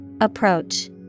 Approach